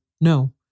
no